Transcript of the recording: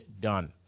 done